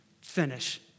finish